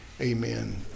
Amen